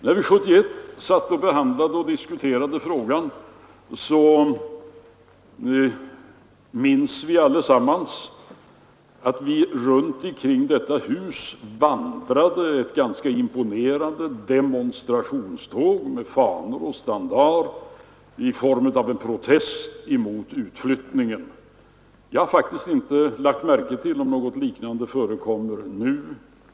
När vi 1971 diskuterade denna fråga vandrade det runt detta hus ett långt och imponerande demonstrationståg med fanor och standar såsom en protest mot utflyttningen. Jag har faktiskt inte lagt märke till om något liknande förekommer nu.